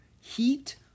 Heat